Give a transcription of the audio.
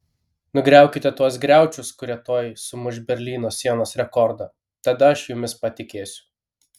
nugriaukite tuos griaučius kurie tuoj sumuš berlyno sienos rekordą tada aš jumis patikėsiu